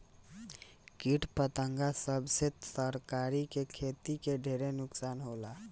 किट पतंगा सब से तरकारी के खेती के ढेर नुकसान होला